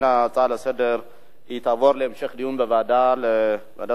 ההצעה לסדר-היום תועבר להמשך דיון בוועדת החינוך,